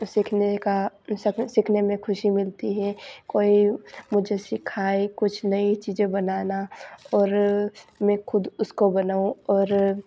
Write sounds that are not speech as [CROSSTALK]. सीखने का [UNINTELLIGIBLE] सीखने में खुशी मिलती है कोई मुझे सिखाए कुछ नई चीज़ें बनाना और मैं ख़ुद उसको बनाऊँ और